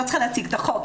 לא צריך להציג את החוק.